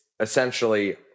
essentially